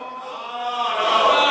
לא, לא.